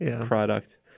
product